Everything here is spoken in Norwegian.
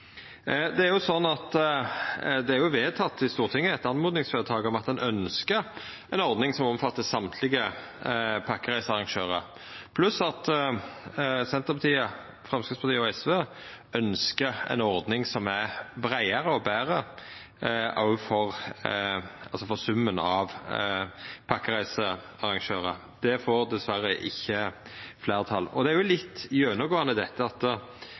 Stortinget, i eit oppmodingsvedtak, at ein ønskjer ei ordning som omfattar alle pakkereisearrangørar, pluss at Senterpartiet, Framstegspartiet og SV ønskjer ei ordning som er breiare og betre for summen av pakkereisearrangørar. Det får dessverre ikkje fleirtal. Det er jo litt gjennomgåande dette at